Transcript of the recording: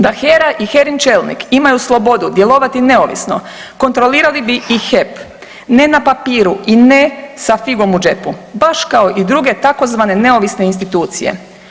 Da HERA i HERA-in čelnik imaju slobodu djelovati neovisno kontrolirali bi i HEP, ne na papiru i ne sa figom u džepu, baš kao i druge tzv. neovisne institucije.